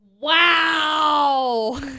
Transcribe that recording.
Wow